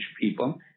people